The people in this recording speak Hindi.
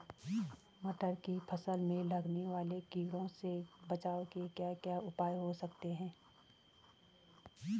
मटर की फसल में लगने वाले कीड़ों से बचाव के क्या क्या उपाय हो सकते हैं?